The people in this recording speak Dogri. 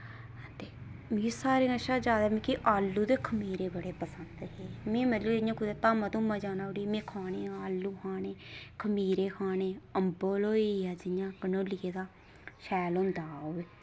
ते मिकी सारें कशा जैदा मिकी आलू ते खमीरे बड़े पसंद हे में मतलब इ'यां कुतै धामा धुमा जाना उठी में खाने आलू खाने खमीरे खाने अम्बल होई गेआ जि'यां घनोलिये दा शैल होंदा ओह्